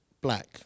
black